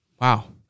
Wow